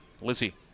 Lizzie